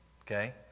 okay